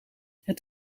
het